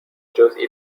جزئی